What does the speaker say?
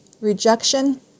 Rejection